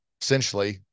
essentially